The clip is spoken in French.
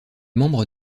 membre